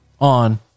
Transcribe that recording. on